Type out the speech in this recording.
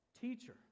Teacher